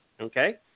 okay